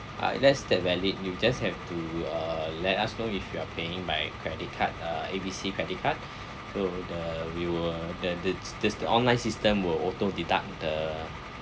uh that's the valid you just have to uh let us know if you are paying by credit card uh A B C credit card so uh we'll the the this the online system will auto deduct the